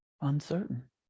uncertain